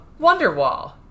Wonderwall